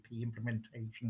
implementation